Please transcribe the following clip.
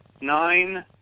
nine